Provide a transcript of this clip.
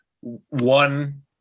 one